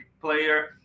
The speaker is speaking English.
player